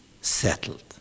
settled